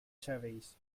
cherries